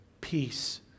peace